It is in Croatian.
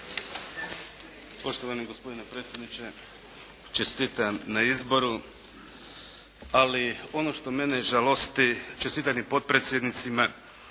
Hvala vam